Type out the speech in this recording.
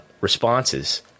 responses